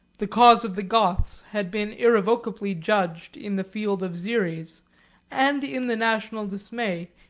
the cause of the goths had been irrevocably judged in the field of xeres and in the national dismay,